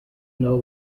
know